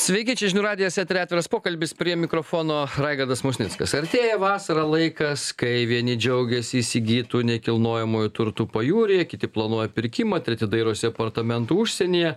sveiki čia žinių radijas etery atviras pokalbis prie mikrofono raigardas musnickas artėja vasara laikas kai vieni džiaugiasi įsigytu nekilnojamuoju turtu pajūry kiti planuoja pirkimą treti dairosi apartamentų užsienyje